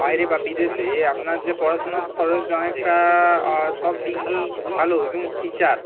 বাইরে বা বিদেশে আপনার যে পড়াশুনোর খরচ অনেকটা সব ডিগ্রি ভালো এবং টিচার